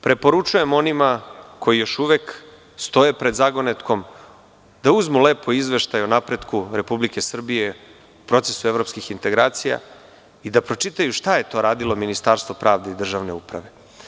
Preporučujem onima koji još uvek stoje pred zagonetkom da uzmu lepo Izveštaj o napretku Republike Srbije, procesu evropskih integracija i da pročitaju šta je to radilo Ministarstvo pravde i državne uprave.